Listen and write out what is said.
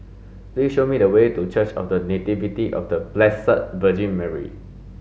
please show me the way to Church of The Nativity of The Blessed Virgin Mary